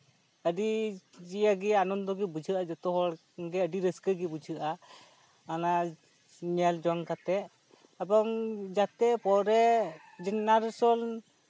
ᱟᱹᱰᱤ ᱤᱭᱟᱹ ᱜᱮ ᱟᱱᱚᱱᱫᱚ ᱜᱮ ᱵᱩᱡᱷᱟᱹᱜᱼᱟ ᱡᱚᱛᱚ ᱦᱚᱲ ᱜᱮ ᱟᱹᱰᱤ ᱨᱟᱹᱥᱠᱟᱹ ᱜᱮ ᱵᱩᱡᱷᱟᱹᱜᱼᱟ ᱚᱱᱟ ᱧᱮᱞ ᱡᱚᱝ ᱠᱟᱛᱮ ᱮᱵᱚᱝ ᱡᱟᱛᱮ ᱯᱚᱨᱮ ᱡᱮᱱᱟᱨᱮᱥᱚᱱ